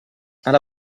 alla